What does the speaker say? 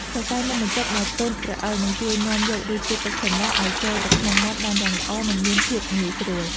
សរសៃនំបញ្ចុកដែលទន់រអិលនឹងជួយនាំយករសជាតិទឹកសម្លឱ្យចូលទៅក្នុងមាត់បានយ៉ាងល្អនិងមានភាពងាយស្រួល។